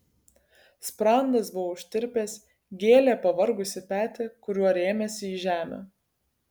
sprandas buvo užtirpęs gėlė pavargusį petį kuriuo rėmėsi į žemę